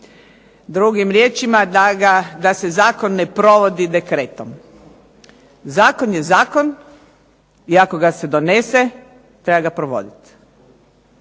Drugim riječima da se zakon ne provodi dekretom. Zakon je zakon i ako ga se donese treba ga provoditi.